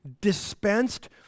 dispensed